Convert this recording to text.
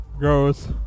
goes